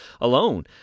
alone